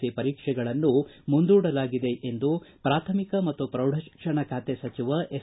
C ಪರೀಕ್ಷೆಗಳನ್ನು ಮುಂದೂಡಲಾಗಿದೆ ಎಂದು ಪ್ರಾಥಮಿಕ ಮತ್ತು ಪ್ರೌಢಶಿಕ್ಷಣ ಖಾತೆ ಸಚಿವ ಎಸ್